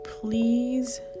please